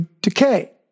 decay